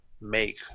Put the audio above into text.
make